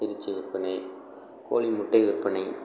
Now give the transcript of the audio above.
இறைச்சி விற்பனை கோழி முட்டை விற்பனை